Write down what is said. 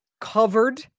covered